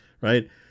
right